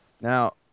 now